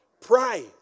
Pray